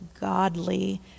godly